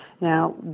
Now